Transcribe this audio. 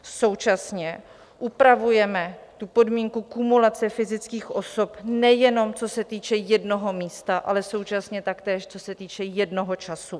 Současně upravujeme podmínku kumulace fyzických osob, nejenom co se týče jednoho místa, ale současně i co se týče jednoho času.